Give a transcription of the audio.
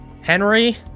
Henry